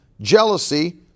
Jealousy